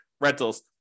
rentals